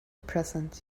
present